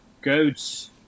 goats